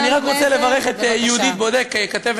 אז אני רק רוצה לברך את יהודית בודק, כתבת